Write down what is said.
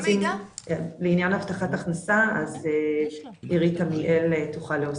לעניין הבטחה הכנסה אז אירית עמיאל תוכל להוסיף.